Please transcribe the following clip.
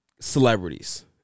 celebrities